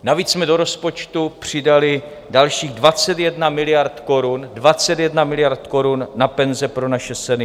Navíc jsme do rozpočtu přidali dalších 21 miliard korun, 21 miliard korun na penze pro naše seniory.